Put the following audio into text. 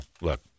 look